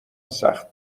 سخت